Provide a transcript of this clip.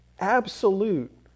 absolute